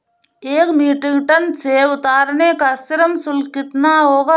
एक metric tonne सेव उतारने का श्रम शुल्क कितना होगा?